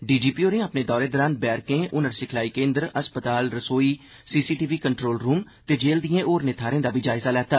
D G P होरें अपने दौरे दौरान बैरकें ह्नर सिखला केन्द्र अस्पताल रसो सीसीटीवी कंट्रोल रूम ते जेल दिएं होरनें थाहें दा बी जायजा लैता